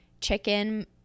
chicken